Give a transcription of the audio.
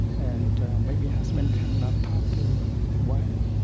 and maybe husband cannot talk to a wife.